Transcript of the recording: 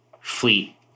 fleet